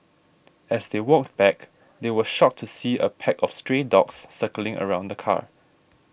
as they walked back they were shocked to see a pack of stray dogs circling around the car